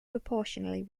proportionally